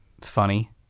funny